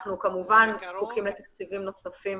אנחנו כמובן זקוקים לתקציבים נוספים